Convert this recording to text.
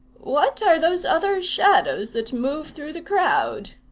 what are those other shadows that move through the crowd?